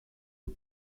aux